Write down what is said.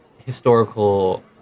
Historical